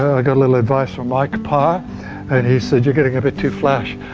i got a little advice from mike parr and he said you're getting a bit too flash.